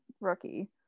rookie